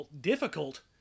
difficult